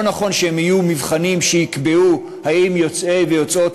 נכון שהם יהיו מבחנים שיקבעו האם ישראלים יוצאי ויוצאות